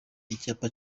icyapa